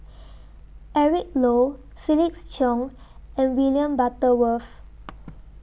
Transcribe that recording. Eric Low Felix Cheong and William Butterworth